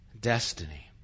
destiny